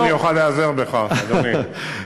ידעתי שאני אוכל להיעזר בך, אדוני.